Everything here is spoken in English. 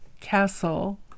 Castle